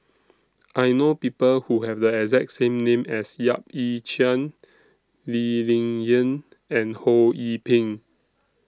I know People Who Have The exact same name as Yap Ee Chian Lee Ling Yen and Ho Yee Ping